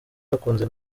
bakunze